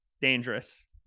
dangerous